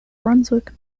brunswick